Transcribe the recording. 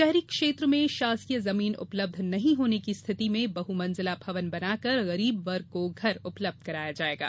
शहरी क्षेत्र में शासकीय जमीन उपलब्ध नहीं होने की स्थिति में बहु मंजिला भवन बनाकर गरीब वर्ग को घर उपलब्ध करवाये जायेंगे